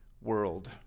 world